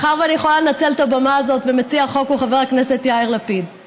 מאחר שאני יכולה לנצל את הבמה הזאת ומציע החוק הוא חבר הכנסת יאיר לפיד,